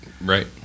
Right